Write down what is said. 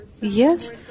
Yes